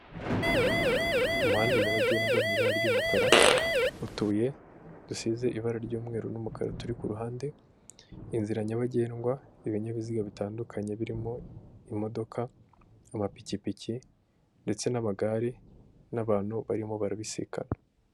Umuhanda nyabagendwa mu ibara ry'umukara, utubuye dusize ibara ry'umweru n'umukara turi ku ruhande, inzira nyabagendwa ibinyabiziga bitandukanye, birimo imodoka, amapikipiki ndetse n'amagare, n'abantu barimo barabisikana.